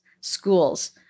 schools